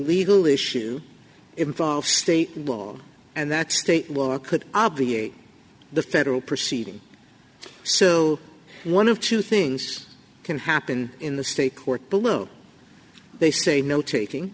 legal issue involves state law and that state law could obviate the federal proceeding so one of two things can happen in the state court below they say no taking